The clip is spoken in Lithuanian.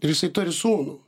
ir jisai turi sūnų